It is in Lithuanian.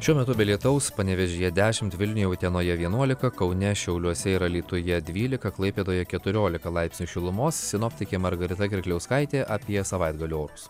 šiuo metu be lietaus panevėžyje dešimt vilniuje utenoje vienuolika kaune šiauliuose ir alytuje dvylika klaipėdoje keturiolika laipsnių šilumos sinoptikė margarita kirkliauskaitė apie savaitgalio orus